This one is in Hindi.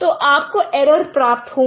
तो आपको इरर प्राप्त होगा